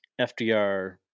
FDR